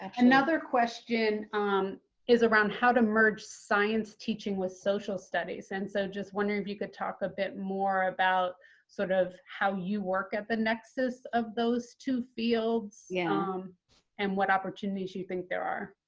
another question um is around how to merge science teaching with social studies. and so just wondering if you could talk a bit more about sort of how you work at the nexus of those two fields yeah um and what opportunities you think there are.